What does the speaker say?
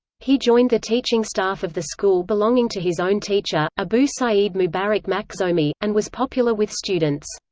he joined the teaching staff of the school belonging to his own teacher, abu saeed mubarak makhzoomi, and was popular with students.